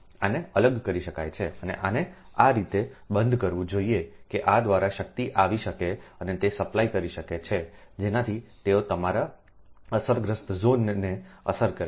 આને અલગ કરી શકાય છે અને આને આ રીતે બંધ કરવું જોઈએ કે આ દ્વારા શક્તિ આવી શકે અને તે સપ્લાય કરી શકે છે જેનાથી તેઓ તમારા અસરગ્રસ્ત ઝોનને અસર કરે છે